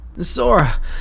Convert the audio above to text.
Sora